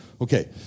Okay